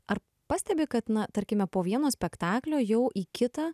ar pastebi kad na tarkime po vieno spektaklio jau į kitą